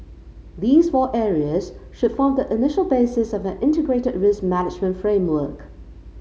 these four areas should form the initial basis of an integrated risk management framework